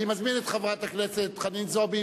אני מזמין את חברת הכנסת חנין זועבי,